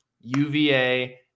UVA